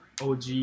OG